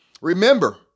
Remember